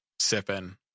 sipping